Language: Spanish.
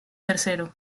tercero